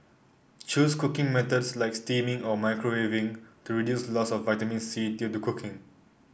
choose cooking methods like steaming or microwaving to reduce loss of vitamin C due to cooking